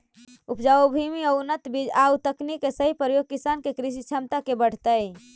उपजाऊ भूमि आउ उन्नत बीज आउ तकनीक के सही प्रयोग किसान के कृषि क्षमता के बढ़ऽतइ